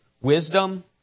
wisdom